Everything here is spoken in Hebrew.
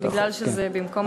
זה כי זה במקום